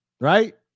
Right